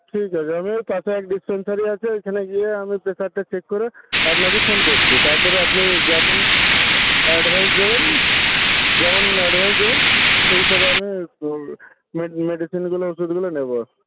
ঠিক আছে আমি ওই পাশে এক ডিসপেন্সারি আছে ওইখানে গিয়ে আমি প্রেশারটা চেক করে আপনাকে ফোন করছি তার পরে আপনি যেমন অ্যা অ্যাডভাইস দেবেন যেমন অ্যাডভাইস দেবেন সেই হিসাবে আমি মেডিসিনগুলো ওষুধগুলো নেব